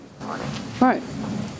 Right